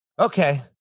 Okay